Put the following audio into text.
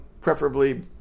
preferably